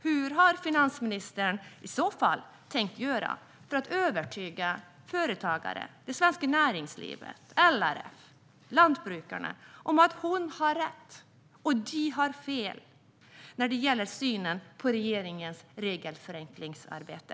Hur har finansministern i så fall tänkt göra för att övertyga företagare, det svenska näringslivet, LRF, lantbrukarna om att hon har rätt och de har fel när det gäller synen på regeringens regelförenklingsarbete?